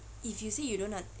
if you say you don't un~